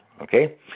Okay